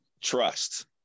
trust